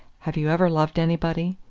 have you ever loved anybody?